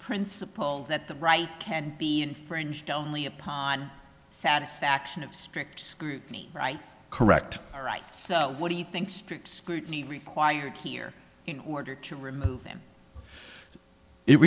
principle that the right can be infringed only upon satisfaction of strict scrutiny right correct all right so what do you think strict scrutiny required here in order to remove him it